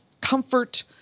comfort